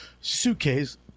suitcase